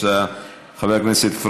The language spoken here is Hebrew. חבר הכנסת ברושי,